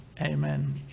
amen